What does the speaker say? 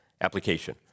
application